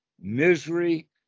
misery